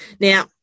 Now